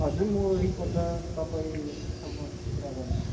हजुर म रिपोर्टर तपाईँसँग कुरा गर्नु थियो कि